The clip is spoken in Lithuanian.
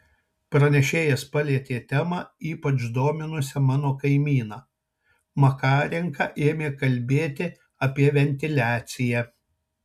pranešėjas palietė temą ypač dominusią mano kaimyną makarenka ėmė kalbėti apie ventiliaciją